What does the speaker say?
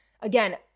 again